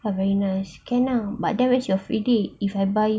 but very nice can lah but then when's your free day if I buy